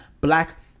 black